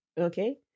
Okay